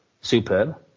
superb